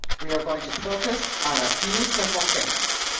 we are going to focus on a few simple things.